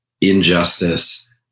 injustice